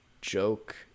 joke